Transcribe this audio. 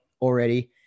already